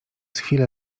chwilę